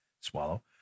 swallow